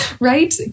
right